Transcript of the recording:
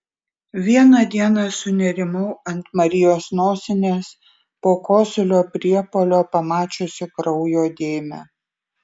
vieną dieną sunerimau ant marijos nosinės po kosulio priepuolio pamačiusi kraujo dėmę